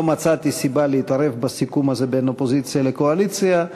לא מצאתי סיבה להתערב בסיכום הזה בין האופוזיציה לקואליציה,